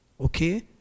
Okay